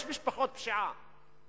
יש משפחות פשיעה.